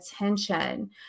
attention